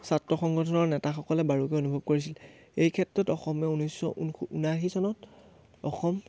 ছাত্ৰ সংগঠনৰ নেতাসকলে বাৰুকৈয়ে অনুভৱ কৰিছিল এই ক্ষেত্ৰত অসমে ঊনৈছশ ঊন ঊনাশী চনত অসম